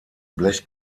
blech